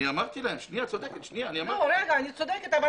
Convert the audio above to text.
אני צודקת.